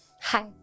Hi